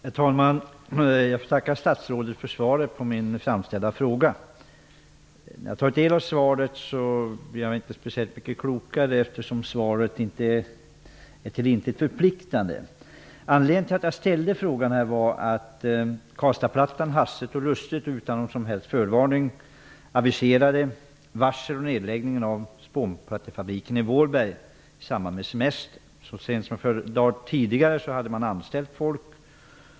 Herr talman! Jag får tacka statsrådet för svaret på min framställda fråga. Jag är inte speciellt mycket klokare efter att ha tagit del av svaret, eftersom det är till intet förpliktigande. Anledningen till att jag ställde frågan är att Karlstadplattan hastigt och lustigt, utan någon som helst förvarning, aviserade varsel och nedläggning av spånplattefabriken i Vålberg i samband med semestern. Så sent som några dagar tidigare hade man anställt folk.